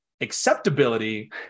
acceptability